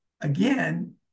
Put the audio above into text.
again